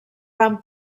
van